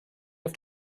auf